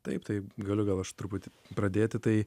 taip tai galiu gal aš truputį pradėti tai